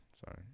Sorry